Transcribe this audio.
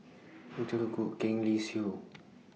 Tzu Goh Keng Lee Siew